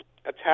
attack